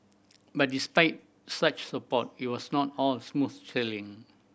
but despite such support it was not all smooth sailing